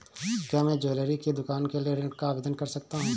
क्या मैं ज्वैलरी की दुकान के लिए ऋण का आवेदन कर सकता हूँ?